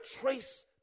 trace